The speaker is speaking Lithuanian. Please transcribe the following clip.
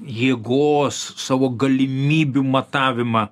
jėgos savo galimybių matavimą